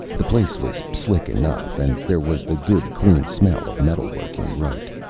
the place was slick enough, and there was the good clean smell of metal working right.